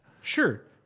Sure